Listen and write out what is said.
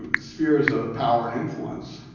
um spheres of power and influence,